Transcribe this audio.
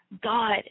God